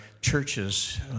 churches